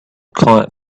kite